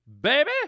baby